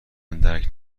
درک